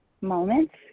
moments